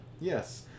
yes